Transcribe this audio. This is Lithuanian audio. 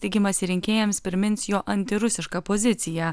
tikimasi rinkėjams primins jo antirusišką poziciją